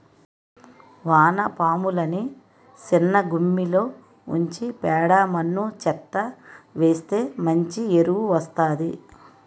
వానపాములని సిన్నగుమ్మిలో ఉంచి పేడ మన్ను చెత్తా వేస్తె మంచి ఎరువు వస్తాది